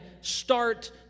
start